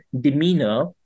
demeanor